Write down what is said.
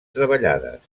treballades